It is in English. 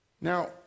Now